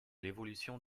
l’évolution